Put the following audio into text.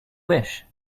wish